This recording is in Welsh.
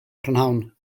prynhawn